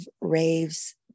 raves